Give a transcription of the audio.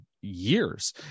years